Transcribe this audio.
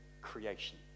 creation